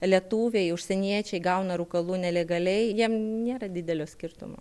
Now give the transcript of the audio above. lietuviai užsieniečiai gauna rūkalų nelegaliai jiem nėra didelio skirtumo